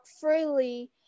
freely